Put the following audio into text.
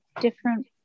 different